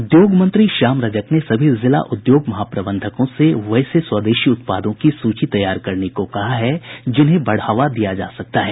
उद्योग मंत्री श्याम रजक ने सभी जिला उद्योग महाप्रबंधकों से वैसे स्वदेशी उत्पादों की सूची तैयार करने को कहा है जिन्हें बढ़ावा दिया जा सकता है